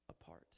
apart